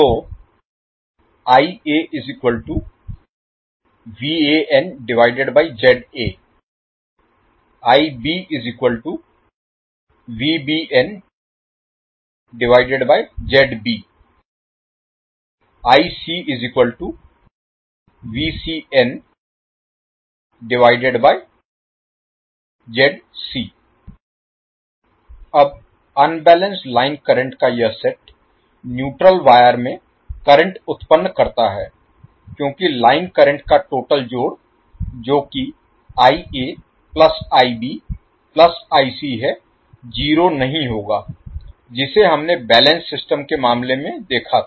तो अब unbalanced line current का यह सेट न्यूट्रल वायर में करंट उत्पन्न करता है क्योंकि लाइन करंट का टोटल जोड़ जो कि है 0 नहीं होगा जिसे हमने बैलेंस्ड सिस्टम के मामले में देखा था